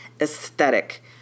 aesthetic